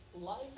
life